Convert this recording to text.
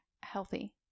healthy